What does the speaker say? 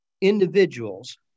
individuals